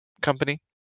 company